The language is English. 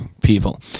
people